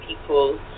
people